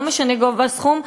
ולא משנה גובה הסכום,